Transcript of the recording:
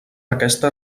aquesta